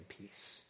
peace